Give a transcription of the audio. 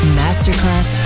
masterclass